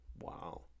Wow